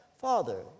father